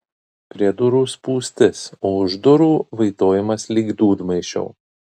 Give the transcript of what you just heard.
prie durų spūstis o už durų vaitojimas lyg dūdmaišio